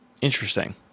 Interesting